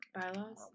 bylaws